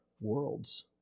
worlds